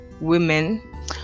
women